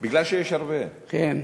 מפני שיש הרבה, כן.